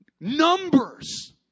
numbers